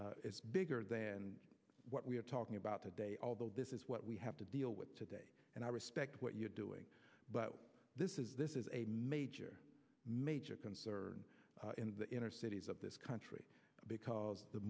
is bigger than what we're talking about today although this is what we have to deal with today and i respect what you're doing but this is this is a major major concern in the inner cities of this country because the